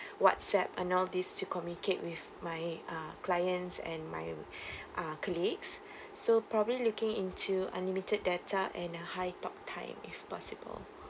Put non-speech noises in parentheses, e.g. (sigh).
whatsapp and all these to communicate with my uh clients and my (breath) ah colleagues (breath) so probably looking into unlimited data and a high talk time if possible